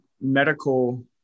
medical